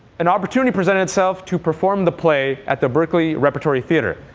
an opportunity presented itself to perform the play at the berkeley repertory theater,